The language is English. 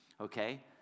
Okay